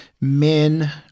men